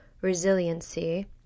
resiliency